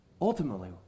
Ultimately